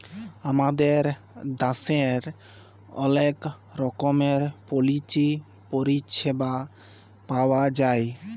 আমাদের দ্যাশের অলেক রকমের পলিচি পরিছেবা পাউয়া যায়